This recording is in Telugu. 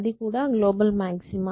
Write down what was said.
అది కూడా గ్లోబల్ మాక్సిమా